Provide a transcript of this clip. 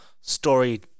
story